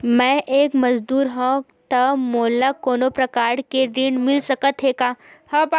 मैं एक मजदूर हंव त मोला कोनो प्रकार के ऋण मिल सकत हे का?